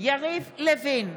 יריב לוין,